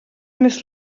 mrs